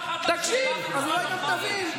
תקשיב אז אולי גם תבין.